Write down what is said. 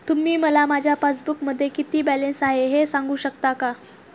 तुम्ही मला माझ्या पासबूकमध्ये किती बॅलन्स आहे हे सांगू शकता का?